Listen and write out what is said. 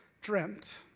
dreamt